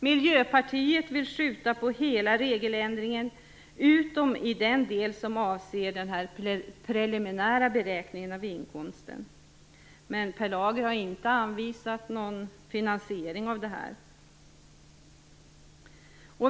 Miljöpartiet vill skjuta på hela regeländringen utom i den del som avser den preliminära beräkningen av inkomsten. Per Lager har dock inte anvisat någon finansiering av detta.